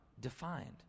defined